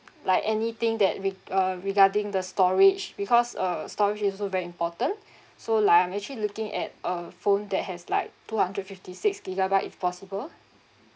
like anything that reg~ uh regarding the storage because uh storage is also very important so like I'm actually looking at a phone that has like two hundred fifty six gigabyte if possible